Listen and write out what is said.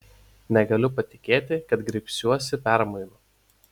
negaliu patikėti kad griebsiuosi permainų